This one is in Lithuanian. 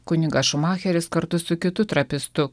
kunigas šumacheris kartu su kitu trapistu